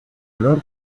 olor